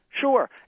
Sure